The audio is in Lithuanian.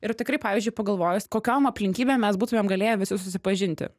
ir tikrai pavyzdžiui pagalvojus kokiom aplinkybėm mes būtumėm galėję visi susipažinti